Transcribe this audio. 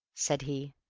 said he.